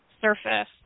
surface